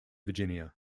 virginia